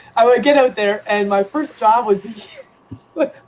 i would get out there and my first job would but